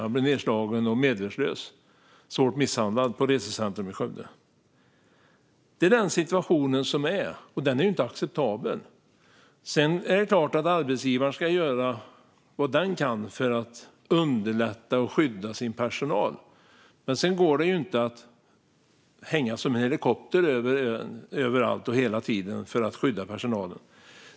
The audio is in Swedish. Han blev nedslagen, svårt misshandlad och medvetslös på resecentrum i Skövde. Det är den situation vi har, och den är inte acceptabel. Sedan är det klart att arbetsgivaren ska göra vad den kan för att skydda och underlätta för sin personal. Det går dock inte att hänga som en helikopter över allting och hela tiden för att skydda personalen.